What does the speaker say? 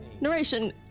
narration